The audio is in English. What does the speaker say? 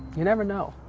you never know.